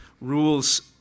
rules